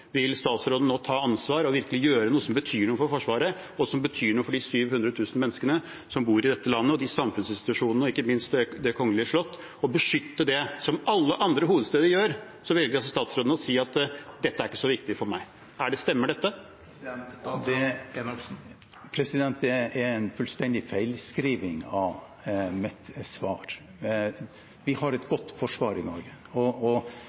Vil statsråden nå ta ansvar og virkelig gjøre noe som betyr noe for Forsvaret, og som betyr noe for de 700 000 menneskene som bor i denne byen, for samfunnsinstitusjonene og ikke minst for Det kongelige slott – å beskytte det, som alle andre hovedsteder gjør? Så velger altså statsråden å si: Dette er ikke så viktig for meg. Stemmer dette? Det er en fullstendig feilskriving av mitt svar. Vi har et godt forsvar i Norge, og